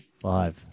Five